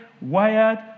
wired